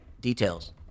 details